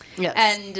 Yes